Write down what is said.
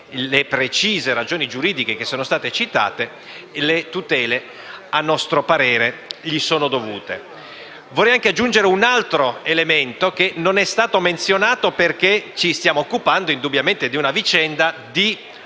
le precise ragioni giuridiche che sono state citate, le tutele, a nostro parere, gli sono dovute. Vorrei anche aggiungere un altro elemento che non è stato menzionato. Ci stiamo occupando di una vicenda